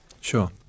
Sure